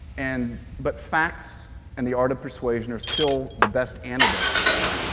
and but facts and the art of persuasion are still the best antidote for that.